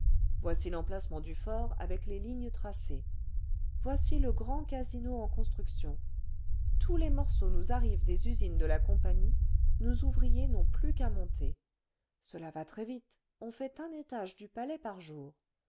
voici l'emplacement du fort avec les lignes tracées voici le grand casino en construction tous les morceaux nous arrivent des usines de la compagnie nos ouvriers n'ont plus qu'à monter cela va très vite on fait un étage du palais par jour